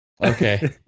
Okay